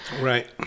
right